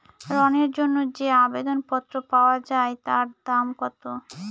ঋণের জন্য যে আবেদন পত্র পাওয়া য়ায় তার দাম কত?